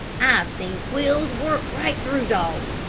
i've seen quills work right through dogs.